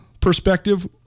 perspective